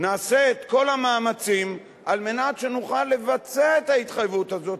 נעשה את כל המאמצים כדי שנוכל לבצע את ההתחייבות הזאת,